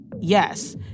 Yes